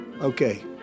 okay